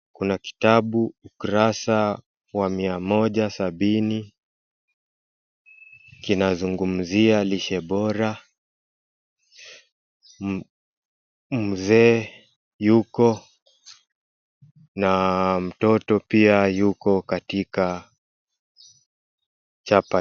Kuna kitabu ukurasa wa mia moja sabini, kinazungumzia lishe bora, mzee yuko, na mtoto pia yuko katika chapa.